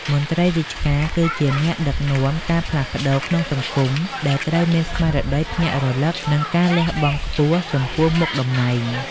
មន្ត្រីរាជការគឺជាអ្នកដឹកនាំការផ្លាស់ប្តូរក្នុងសង្គម ដែលត្រូវមានស្មារតីភ្ញាក់រលឹក និងការលះបង់ខ្ពស់ចំពោះមុខតំណែង។